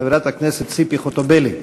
חברת הכנסת ציפי חוטובלי.